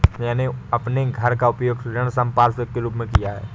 मैंने अपने घर का उपयोग ऋण संपार्श्विक के रूप में किया है